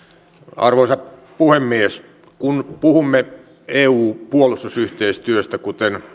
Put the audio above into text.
arvoisa puhemies kun puhumme eu puolustusyhteistyöstä kuten